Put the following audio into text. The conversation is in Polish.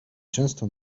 często